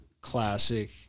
Classic